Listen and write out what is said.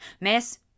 Miss